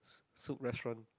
Soup Restaurant